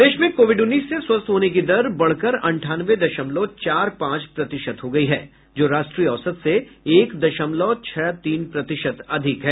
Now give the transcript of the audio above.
प्रदेश में कोविड उन्नीस से स्वस्थ होने की दर बढ़कर अंठानवे दशमलव चार पांच प्रतिशत हो गयी है जो राष्ट्रीय औसत से एक दशमलव छह तीन प्रतिशत अधिक है